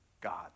God